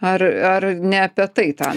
ar ar ne apie tai tą